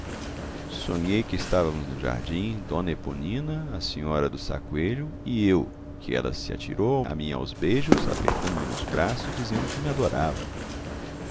sonhei que estávamos num jardim d eponina a senhora do sá coelho e eu e que ela se atirou a mim aos beijos apertando-me nos braços dizendo que me adorava